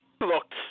looked